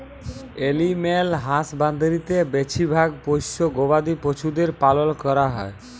animal হাসবাঁদরিতে বেছিভাগ পোশ্য গবাদি পছুদের পালল ক্যরা হ্যয়